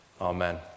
Amen